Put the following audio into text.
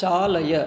चालय